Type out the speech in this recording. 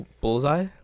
Bullseye